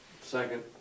Second